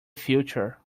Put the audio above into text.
future